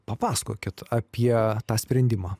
papasakokit apie tą sprendimą